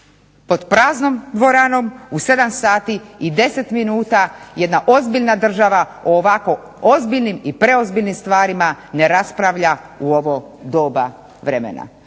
Pod praznom dvoranom u 19,10 sati jedna ozbiljna država o ovako ozbiljnim i preozbiljnim stvarima ne raspravlja u ovo doba vremena.